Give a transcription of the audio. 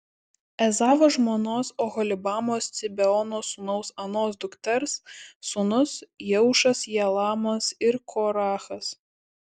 ezavo žmonos oholibamos cibeono sūnaus anos dukters sūnūs jeušas jalamas ir korachas